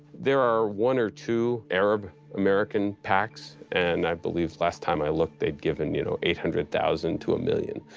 there are one or two arab-american pacs, and i believe the last time i looked theyive given you know eight hundred thousand to a million.